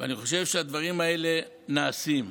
אני חושב שהדברים האלה נעשים.